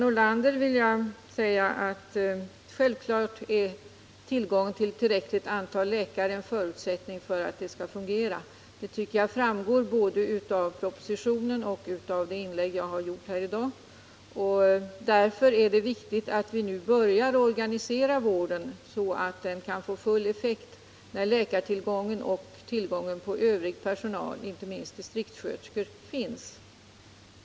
Jag vill säga till Karin Nordlander att ett tillräckligt antal läkare är självfallet en förutsättning för att systemet skall fungera. Det framgår både av propositionen och av det inlägg jag har gjort häri dag. Därför är det viktigt att vi nu börjar organisera vården så att den kan få full effekt när läkartillgången och tillgången på övrig personal, inte minst distriktssköterskor, finns.